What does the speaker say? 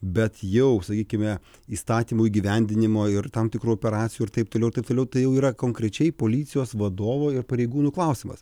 bet jau sakykime įstatymų įgyvendinimo ir tam tikrų operacijų ir taip toliau ir taip toliau tai jau yra konkrečiai policijos vadovo ir pareigūnų klausimas